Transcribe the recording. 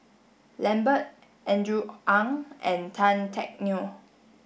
Lambert Andrew Ang and Tan Teck Neo